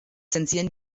zensieren